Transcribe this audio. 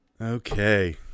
Okay